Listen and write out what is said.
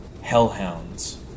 hellhounds